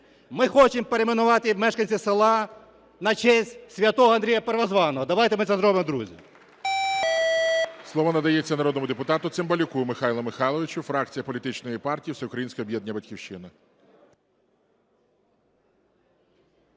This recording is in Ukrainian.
ми хочемо перейменувати, мешканці села, на честь Святого Андрія Первозваного. Давайте ми це зробимо, друзі.